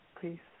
please